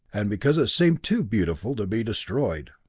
and because it seemed too beautiful to be destroyed.